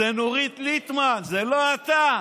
זו נורית ליטמן, זה לא אתה.